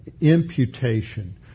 imputation